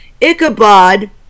Ichabod